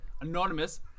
anonymous